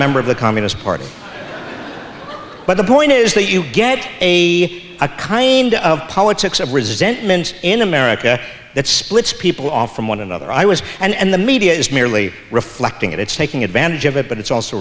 member of the communist party but the point is that you get a a kind of politics of resentment in america that splits people off from one another i was and the media is merely reflecting it it's taking advantage of it but it's also